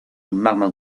magma